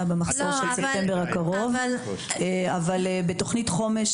במחסור של ספטמבר הקרוב אבל בתוכנית חומש